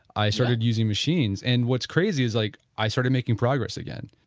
i started using machines and what's crazy is like i started making progress again.